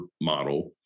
model